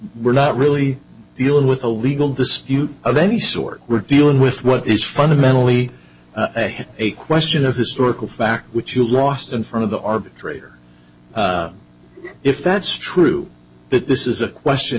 we're not really dealing with a legal dispute of any sort we're dealing with what is fundamentally a question of historical fact which you lost in front of the arbitrator if that's true but this is a question